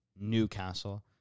Newcastle